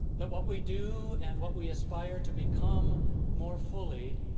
that what we do, and what we aspire to become more fully,